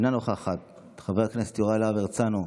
אינה נוכחת, חבר הכנסת יוראי להב הרצנו,